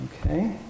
Okay